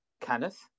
Kenneth